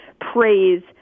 praise